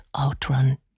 outrun